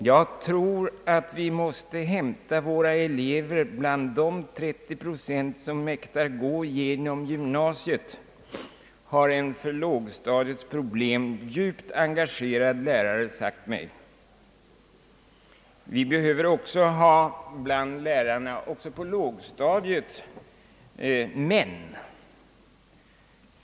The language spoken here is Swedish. »Jag tror att vi måste hämta våra lärare bland de 30 procent som mäktar gå igenom gymnasiet», har en för lågstadiet djupt engagerad lärare sagt mig. Vi behöver också ha män bland lärarna på lågstadiet.